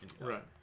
right